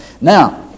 now